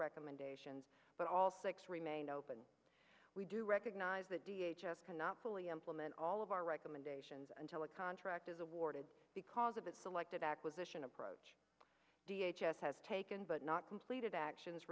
recommendations but all six remain open we do recognize that da just cannot fully implement all of our recommendations until a contract is awarded because of its selected acquisition approach d h s has taken but not completed actions